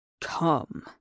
Come